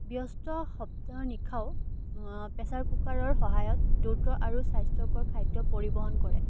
ব্যস্ত সপ্তাহৰ নিশাও প্ৰেছাৰ কুকাৰৰ সহায়ত দ্ৰুত আৰু স্বাস্থ্যকৰ খাদ্য পৰিবহণ কৰে